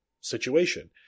situation